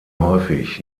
häufig